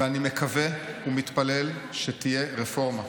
ואני מקווה ומתפלל שתהיה רפורמה.